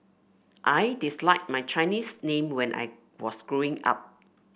I disliked my Chinese name when I was Growing Up